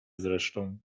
zresztą